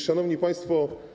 Szanowni Państwo!